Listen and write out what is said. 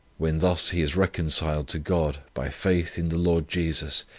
when thus he is reconciled to god, by faith in the lord jesus,